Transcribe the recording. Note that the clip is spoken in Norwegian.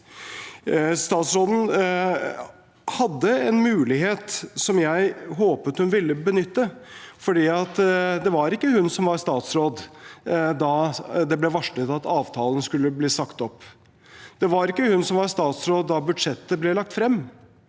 Statsråden hadde en mulighet som jeg håpet hun ville benytte, for det var ikke hun som var statsråd da det ble varslet at avtalen skulle bli sagt opp. Det var ikke hun som var statsråd da budsjettet ble lagt frem.